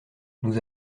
nous